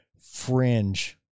fringe